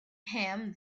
him